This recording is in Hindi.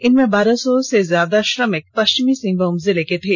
इनमें बारह सौ ज्यादा श्रमिक पष्चिमी सिंहभूम जिले के थे